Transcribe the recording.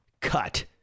cut